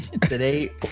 Today